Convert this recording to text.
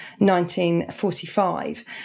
1945